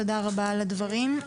תודה רבה על הדברים.